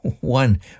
One